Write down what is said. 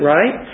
Right